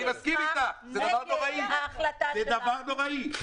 אני מסכים איתך, זה דבר נוראי, זה דבר נוראי.